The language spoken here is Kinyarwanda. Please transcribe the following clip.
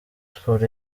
sports